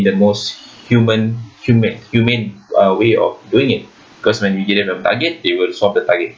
in the most human humane uh way of doing it because when you give him a target they will solve the target